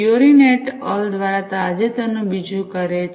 Theorin et al દ્વારા તાજેતરનું બીજું કાર્ય છે